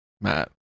matt